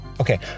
Okay